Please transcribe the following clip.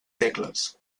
tecles